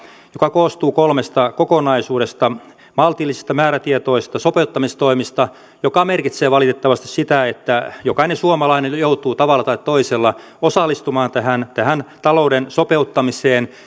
se koostuu kolmesta kokonaisuudesta maltillisista määrätietoisista sopeuttamistoimista se merkitsee valitettavasti sitä että jokainen suomalainen joutuu tavalla tai toisella osallistumaan tähän tähän talouden sopeuttamiseen